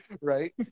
right